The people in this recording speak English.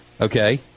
Okay